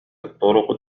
الطرق